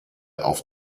auf